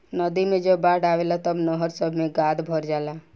नदी मे जब बाढ़ आवेला तब नहर सभ मे गाद भर जाला